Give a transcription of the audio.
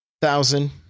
thousand